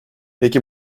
peki